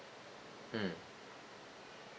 mm